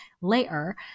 later